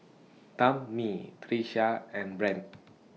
Tammi Tricia and Brandt